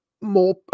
more